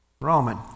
Roman